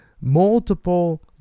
multiple